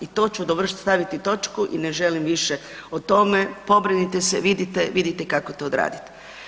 I to ću dovršiti, staviti točku i ne želim više o tome, pobrinite se, vidite, vidite kako to odraditi.